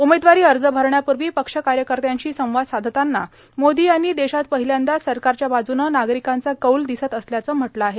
उमेदवारी अर्ज भरण्यापूर्वी पक्ष कार्यकर्त्यांशी संवाद साधताना मोदी यांनी देशात पहिल्यांदाच सरकारच्या बाजूनं नागरिकांचा कौल दिसत असल्याचं म्हटलं आहे